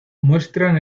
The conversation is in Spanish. muestran